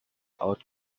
oat